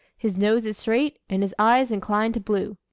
his nose is straight, and his eyes inclined to blue.